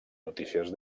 notícies